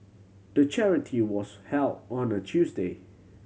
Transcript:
the charity was held on a Tuesday